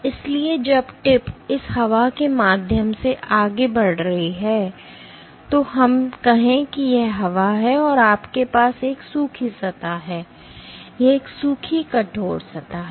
इसलिए जब टिप इस हवा के माध्यम से आगे बढ़ रही है तो हम कहें कि यह हवा है और आपके पास एक सूखी सतह है यह एक सूखी कठोर सतह है